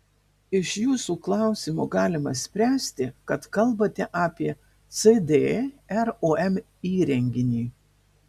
iš jūsų klausimo galima spręsti kad kalbate apie cd rom įrenginį